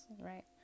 right